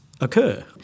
occur